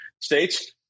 states